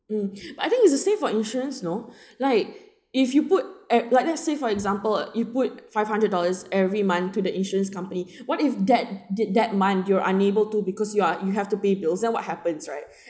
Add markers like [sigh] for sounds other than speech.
mm [breath] but I think it's the same for insurance know [breath] like if you put eh like let's say for example you put five hundred dollars every month to the insurance company [breath] what if that th~ that month you're unable to because you are you have to pay bills then what happens right [breath]